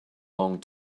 long